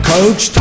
Coach